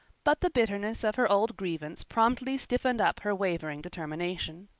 but the bitterness of her old grievance promptly stiffened up her wavering determination.